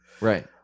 Right